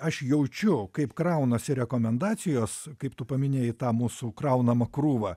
aš jaučiu kaip kraunasi rekomendacijos kaip tu paminėjai tą mūsų kraunamą krūvą